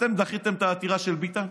אתם דחיתם את העתירה של ביטן?